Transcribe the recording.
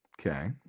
Okay